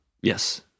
Yes